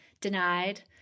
denied